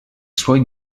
suoi